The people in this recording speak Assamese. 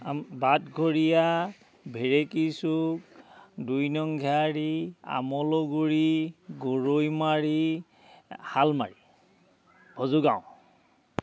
বাটঘৰিয়া ভেৰেকী চুক দুই নং ঘাৰী আমলুগুৰি গৰৈমাৰী শালমাৰী হজুগাঁও